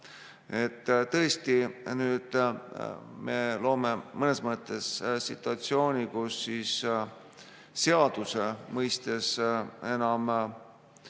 Tõesti, nüüd me loome mõnes mõttes situatsiooni, kus seaduse mõistes enam